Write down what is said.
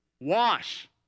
wash